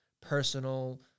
personal